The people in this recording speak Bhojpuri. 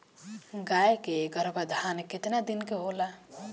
गाय के गरभाधान केतना दिन के होला?